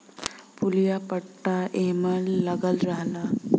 पुलिया पट्टा एमन लगल रहला